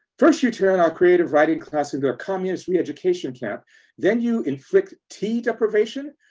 first you turn our creative writing class into a communist reeducation camp then you inflict tea deprivation?